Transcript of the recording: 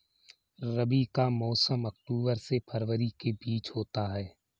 रबी का मौसम अक्टूबर से फरवरी के बीच होता है